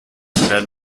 werden